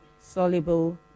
soluble